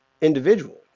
individual